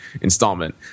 installment